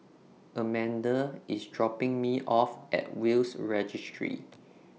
Amanda IS dropping Me off At Will's Registry